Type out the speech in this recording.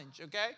okay